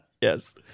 Yes